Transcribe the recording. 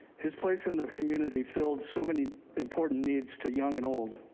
his place in the community filled so many important needs to young and old,